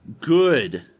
good